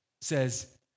says